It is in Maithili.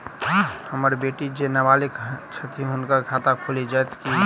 हम्मर बेटी जेँ नबालिग छथि हुनक खाता खुलि जाइत की?